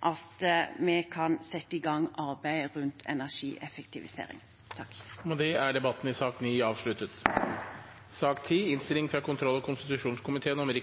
at vi kan sette i gang arbeidet rundt energieffektivisering. Flere har ikke bedt om ordet til sak nr. 9. Etter ønske fra kontroll- og konstitusjonskomiteen vil